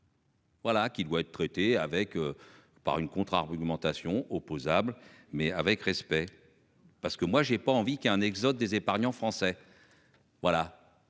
Voilà qui doit être traité avec. Par une contre-argumentation opposable mais avec respect. Parce que moi j'ai pas envie qu'un exode des épargnants français. Voilà.